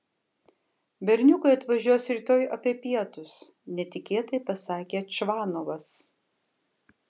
berniukai atvažiuos rytoj apie pietus netikėtai pasakė čvanovas